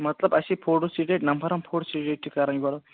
مطلب اَسے فوٹوسِٹیٹ نمبرن فوٹوسٹیٹ تہِ کرٕنۍ گۄڈٕ